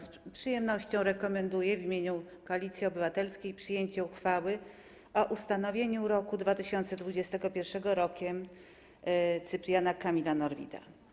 Z przyjemnością rekomenduję w imieniu Koalicji Obywatelskiej przyjęcie uchwały o ustanowieniu roku 2021 Rokiem Cypriana Kamila Norwida.